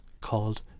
called